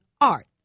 Art